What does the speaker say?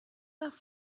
nach